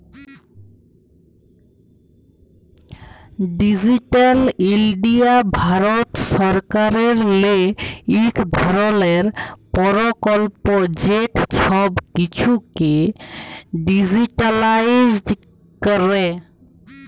digital India Bharat সরকারেরলে ইক ধরলের পরকল্প যেট ছব কিছুকে ডিজিটালাইস্ড ক্যরে